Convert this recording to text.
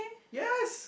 yes